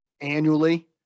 annually